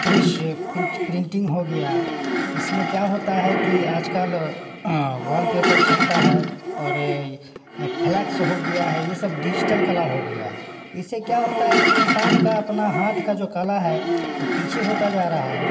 brush print printing हो गया इसमें क्या होता है कि आजकल वॉलपेपर छपता है और फ्लेक्स हो गया है ये सब डिजिटल कला हो गया है इससे क्या होता है कि इन्सान का अपना हाथ का जो कला है वो पीछे होता जा रहा है